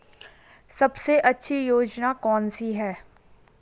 सबसे अच्छी योजना कोनसी है?